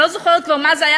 אני לא זוכרת כבר מה זה היה,